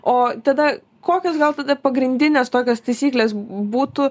o tada kokios gal tada pagrindinės tokios taisyklės būtų